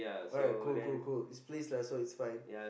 alright cool cool cool his place lah so it's fine